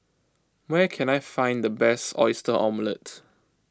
where can I find the best Oyster Omelette